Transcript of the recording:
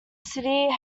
city